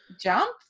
jump